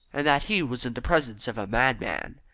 and that he was in the presence of a madman.